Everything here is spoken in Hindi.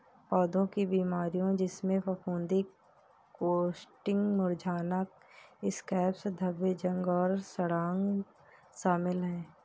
पौधों की बीमारियों जिसमें फफूंदी कोटिंग्स मुरझाना स्कैब्स धब्बे जंग और सड़ांध शामिल हैं